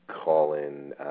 call-in